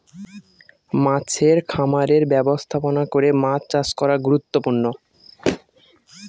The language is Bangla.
মাছের খামারের ব্যবস্থাপনা করে মাছ চাষ করা গুরুত্বপূর্ণ